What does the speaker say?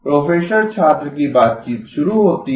professor छात्र की बातचीत शुरू होती है